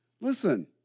Listen